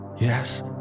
Yes